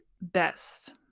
best